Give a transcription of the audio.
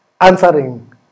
answering